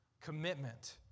Commitment